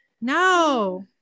No